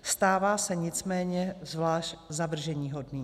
Stává se nicméně zvlášť zavrženíhodným.